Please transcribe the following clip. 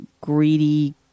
greedy